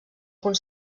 punt